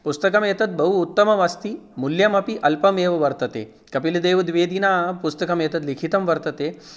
पुस्तकम् एतत् बहु उत्तमम् अस्ति मूल्यमपि अल्पमेव वर्तते कपिलदेवद्विवेदिना पुस्तकम् एतत् लिखितं वर्तते